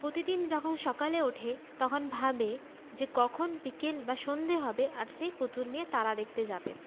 প্রতিদিন যখন সকালে ওঠে তখন ভাবে যে কখন বিকেল বা সন্ধ্যে হবে আর সে পুতুল নিয়ে তারা দেখতে যাবে